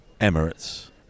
Emirates